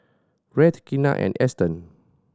Rhett Kenna and Eston